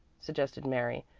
suggested mary,